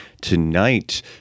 Tonight